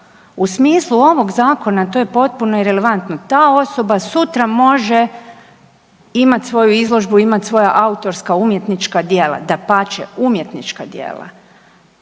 u smislu ovog Zakona, to je potpuno irelevantno, ta osoba sutra može imati svoju izložbu, imati svoja autorska umjetnička djela, dapače, umjetnička djela.